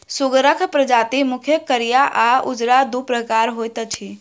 सुगरक प्रजाति मुख्यतः करिया आ उजरा, दू प्रकारक होइत अछि